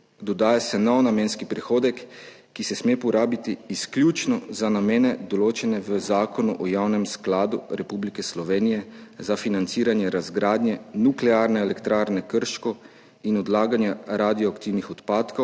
Dodaja se nov namenski prihodek, ki se sme porabiti izključno za namene, določene v Zakonu o Javnem skladu Republike Slovenije za financiranje razgradnje Nuklearne elektrarne Krško in odlaganja radioaktivnih odpadkov